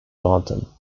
mountain